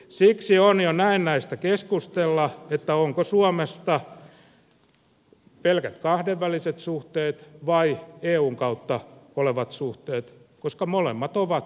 siksi on jo näennäistä keskustella onko suomesta pelkät kahdenväliset suhteet vai eun kautta olevat suhteet koska molemmat ovat todellisuutta